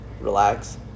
relax